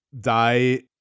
die